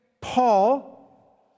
Paul